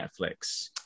Netflix